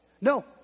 No